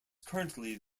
currently